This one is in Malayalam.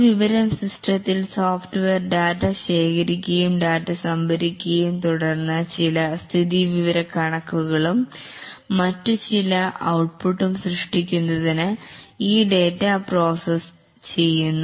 ഒരു ഇൻഫർമേഷൻ സിസ്റ്റത്തിൽ സോഫ്റ്റ്വെയർ ഡാറ്റ ശേഖരിക്കുകയും ഡാറ്റ സംഭരിക്കുകയും തുടർന്ന് ചില സ്ഥിതിവിവരക്കണക്കുകളും മറ്റു ചില ഔപുട്ടും സൃഷ്ടിക്കുന്നതിന് ഈ ഡാറ്റ പ്രോസസ് ചെയ്യുന്നു